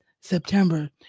September